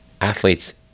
athletes